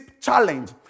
challenge